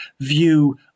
view